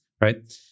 right